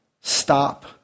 stop